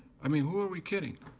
i mean, who are we kidding?